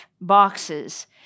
boxes